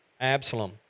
Absalom